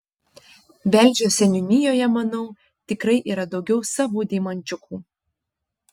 velžio seniūnijoje manau tikrai yra daugiau savų deimančiukų